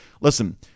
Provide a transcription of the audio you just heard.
listen